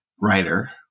writer